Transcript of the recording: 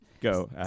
go